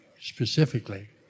specifically